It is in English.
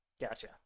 Gotcha